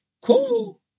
cool